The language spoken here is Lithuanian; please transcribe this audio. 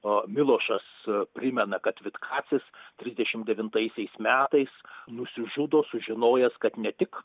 a milošas primena kad vitkacis trisdešimt devintaisiais metais nusižudo sužinojęs kad ne tik